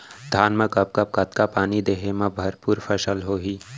धान मा कब कब कतका पानी देहे मा फसल भरपूर होही?